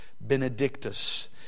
Benedictus